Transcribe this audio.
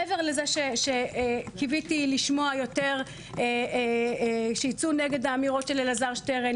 מעבר לזה שקיוויתי לשמוע יותר שייצאו נגד האמירות של אלעזר שטרן,